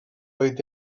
oedd